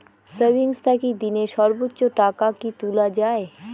Savings থাকি দিনে সর্বোচ্চ টাকা কি তুলা য়ায়?